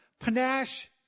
panache